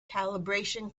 calibration